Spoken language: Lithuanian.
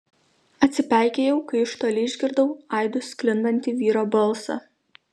atsipeikėjau kai iš toli išgirdau aidu sklindantį vyro balsą